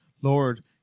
Lord